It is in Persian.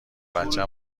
بچه